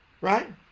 Right